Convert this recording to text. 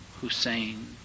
Hussein